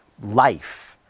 life